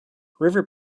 river